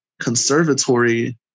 conservatory